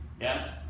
Yes